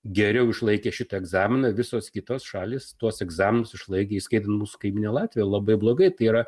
geriau išlaikė šitą egzaminą visos kitos šalys tuos egzaminus išlaikė įskaitant mūsų kaimynai latviai labai blogai tai yra